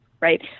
right